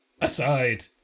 aside